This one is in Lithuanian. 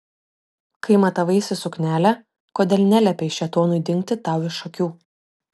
kai matavaisi suknelę kodėl neliepei šėtonui dingti tau iš akių